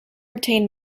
obtained